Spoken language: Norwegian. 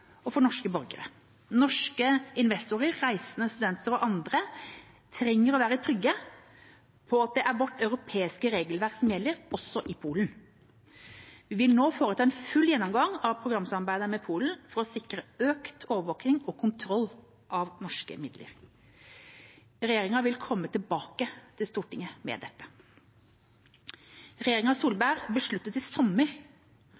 og norske borgere. Norske investorer, reisende, studenter og andre trenger å være trygge på at det er vårt felles europeiske regelverk som gjelder også i Polen. Vi vil nå foreta en full gjennomgang av programsamarbeidet med Polen for å sikre økt overvåking og kontroll av norske midler. Regjeringa vil komme tilbake til Stortinget om dette. Regjeringa